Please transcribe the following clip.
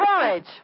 Courage